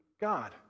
God